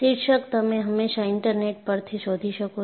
શીર્ષક તમે હંમેશા ઇન્ટરનેટ પરથી શોધી શકો છો